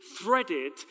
threaded